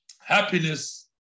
happiness